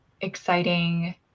exciting